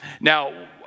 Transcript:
Now